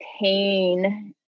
pain